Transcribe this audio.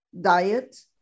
diet